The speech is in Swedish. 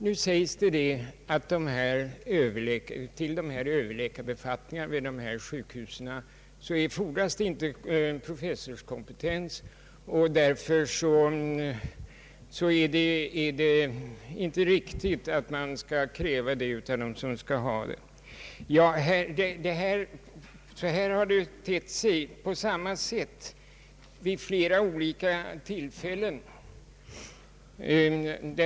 Nu sägs det att till överläkarbefattningarna vid dessa sjukhus inte fordras professorskompetens, och därför är det inte riktigt att kräva detta. Det har tett sig på samma sätt vid flera olika tillfällen tidigare.